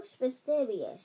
mysterious